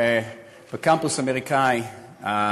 בקמפוס אמריקני,